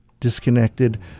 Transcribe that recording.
disconnected